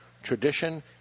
Tradition